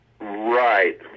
Right